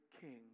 king